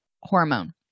hormone